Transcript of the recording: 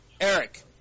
Eric